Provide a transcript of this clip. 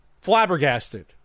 flabbergasted